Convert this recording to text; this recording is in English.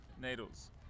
Needles